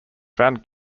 found